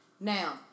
Now